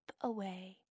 away